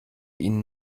ihnen